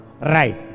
Right